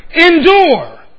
endure